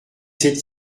cette